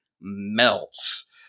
melts